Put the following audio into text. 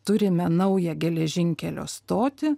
turime naują geležinkelio stotį